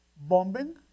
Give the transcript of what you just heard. Bombing